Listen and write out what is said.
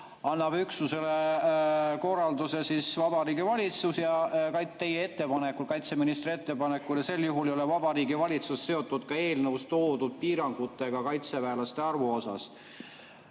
annab üksusele korralduse Vabariigi Valitsus teie, kaitseministri ettepanekul ja sel juhul ei ole Vabariigi Valitsus seotud ka eelnõus toodud piirangutega kaitseväelaste arvu osas.